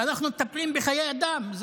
ואנחנו מטפלים בחיי אדם.